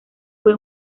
fue